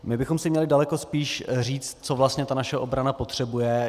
My bychom si měli daleko spíš říct, co vlastně naše obrana potřebuje.